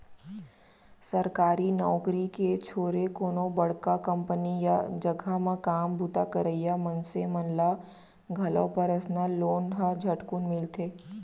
सरकारी नउकरी के छोरे कोनो बड़का कंपनी या जघा म काम बूता करइया मनसे मन ल घलौ परसनल लोन ह झटकुन मिलथे